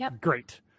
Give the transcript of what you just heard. great